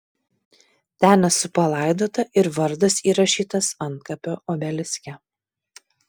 ten esu palaidota ir vardas įrašytas antkapio obeliske